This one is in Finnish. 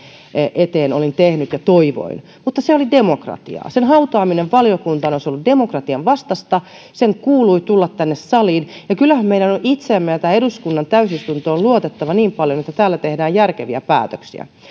eteen olin tehnyt ja toivoin mutta se oli demokratiaa sen hautaaminen valiokuntaan olisi ollut demokratian vastaista sen kuului tulla tänne saliin ja kyllähän meidän on itseemme ja tämän eduskunnan täysistuntoon luotettava niin paljon että täällä tehdään järkeviä päätöksiä